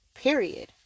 Period